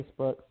Facebook